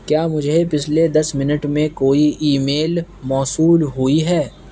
کیا مجھے پچھلے دس منٹ میں کوئی ای میل موصول ہوئی ہے